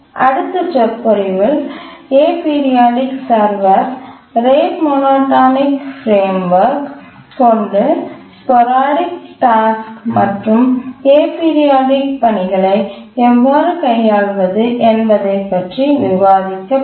அடுத்த விரிவுரையில் aperiodic server rate monotonic framework கொண்டு ஸ்போரடிக் பணிகள் மற்றும் ஏபிரியாடிக் பணிகளை எவ்வாறு கையாள்வது என்பதை பற்றி விவாதிக்கப்படும்